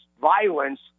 violence